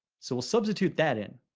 so we'll substitute that in.